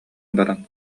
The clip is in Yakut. баран